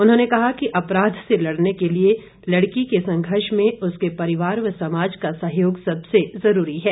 उन्होंने कहा कि अपराध से लड़ने के लिए लड़की के संघर्ष में उसने परिवार व समाज का सहयोग सबसे जरूरी है